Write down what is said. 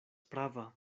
prava